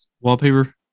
wallpaper